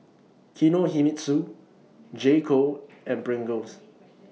Kinohimitsu J Co and Pringles